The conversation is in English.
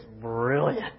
brilliant